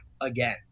again